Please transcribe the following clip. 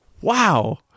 Wow